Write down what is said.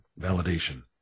Validation